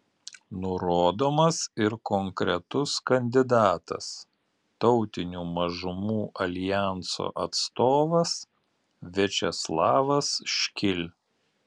nurodomas ir konkretus kandidatas tautinių mažumų aljanso atstovas viačeslavas škil